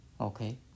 okay